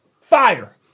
fire